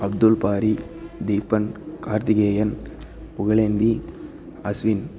Abdul Bari Deepan Karthikeyan Pugazhendi Ashwin